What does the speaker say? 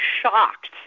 shocked